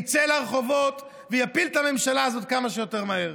יצא לרחובות ויפיל את הממשלה הזאת כמה שיותר מהר.